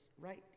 right